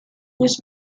which